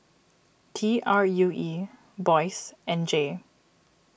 T R U E Boyce and Jay